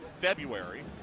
February